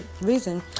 reason